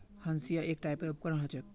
हंसिआ एक टाइपेर उपकरण ह छेक